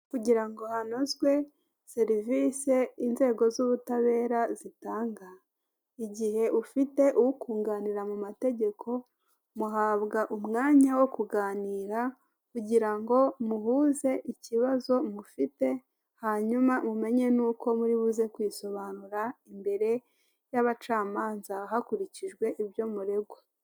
Ibi ni ibitaro bya kaminuza nkuru y'u Rwanda aho biherereye mu karere ka Huye tukaba turi kubonaho ibyapa biyobora abarwayi bikaba biborohereza kumenya aho bagomba kujya bitewe n'uburwayi bafite.